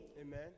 Amen